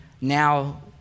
now